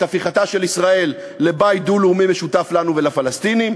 הפיכתה לבית דו-לאומי משותף לנו ולפלסטינים,